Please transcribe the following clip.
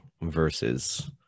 versus